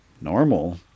normal